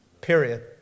Period